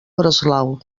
breslau